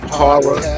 horror